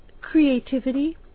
creativity